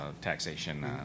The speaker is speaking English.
taxation